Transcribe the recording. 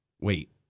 wait